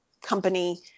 company